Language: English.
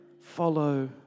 follow